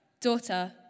Daughter